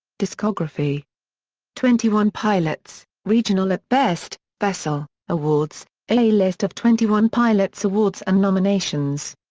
discography twenty one pilots regional at best vessel awards a list of twenty one pilots' awards and nominations.